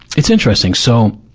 it's interesting. so,